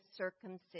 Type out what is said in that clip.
circumcision